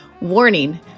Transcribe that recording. Warning